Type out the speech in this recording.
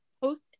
post